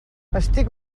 estic